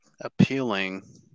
appealing